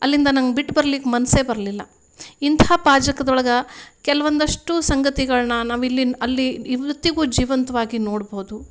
ಅಲ್ಲಿಂದ ನಂಗೆ ಬಿಟ್ಟು ಬರ್ಲಿಕ್ಕೆ ಮನಸ್ಸೇ ಬರಲಿಲ್ಲ ಇಂತಹ ಪಾಜಕ್ದೊಳಗೆ ಕೆಲವೊಂದಷ್ಟು ಸಂಗತಿಗಳನ್ನ ನಾವು ಇಲ್ಲಿ ಅಲ್ಲಿ ಇವತ್ತಿಗೂ ಜೀವಂತವಾಗಿ ನೋಡ್ಬೋದು